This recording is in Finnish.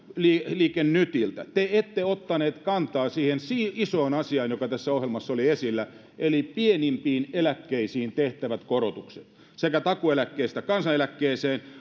liike nytiltä te ette ottaneet kantaa siihen siihen isoon asiaan joka tässä ohjelmassa oli esillä eli pienimpiin eläkkeisiin tehtävät korotukset takuueläkkeestä kansaneläkkeeseen